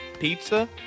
pizza